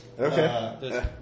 Okay